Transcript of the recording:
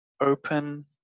Open